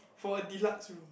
for a deluxe room